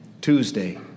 Tuesday